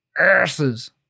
asses